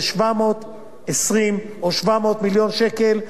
זה 720 או 700 מיליון שקל לשנה.